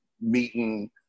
meeting